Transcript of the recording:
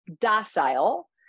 docile